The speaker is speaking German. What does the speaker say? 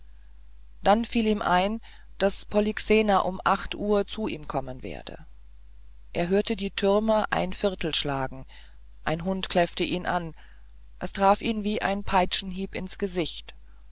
dann fiel ihm ein daß polyxena um acht uhr zu ihm kommen werde er hörte die türme ein viertel schlagen ein hund kläffte ihn an es traf ihn wie ein peitschenhieb ins gesicht